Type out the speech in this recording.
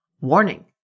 warning